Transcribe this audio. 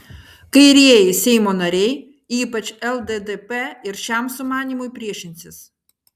kairieji seimo nariai ypač lddp ir šiam sumanymui priešinsis